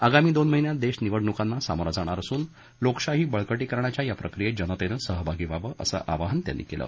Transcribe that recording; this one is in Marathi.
आगामी दोन महिन्यात देश निवडणुकांना सामोरं जाणार असून लोकशाही बळकटीकरणाच्या या प्रक्रियेत जनतेनं सहभागी व्हावं असं आवाहन त्यांनी केलं